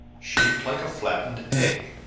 shaped like a flattened egg,